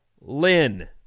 Lynn